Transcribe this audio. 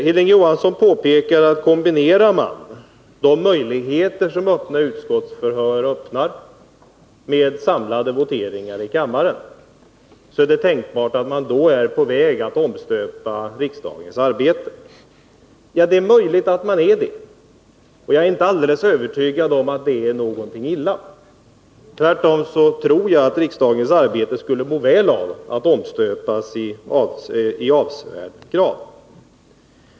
Hilding Johansson påpekar att om man kombinerar de möjligheter som öppna utskottsförhör ger med samlade voteringar i kammaren, är det tänkbart att man är på väg att omstöpa riksdagens arbete. Ja, det är möjligt att man är det. Jag är inte alldeles övertygad om att det är någonting illa. Tvärtom tror jag att riksdagens arbete skulle må väl av att omstöpas i avsevärd grad.